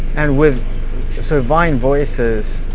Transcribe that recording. and with servine voices.